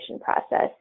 process